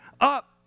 up